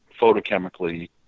photochemically